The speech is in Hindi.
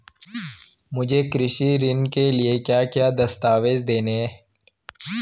मुझे कृषि ऋण के लिए क्या क्या दस्तावेज़ देने हैं?